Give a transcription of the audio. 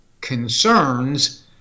concerns